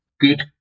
good